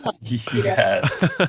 yes